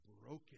broken